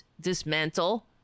dismantle